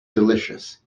delicious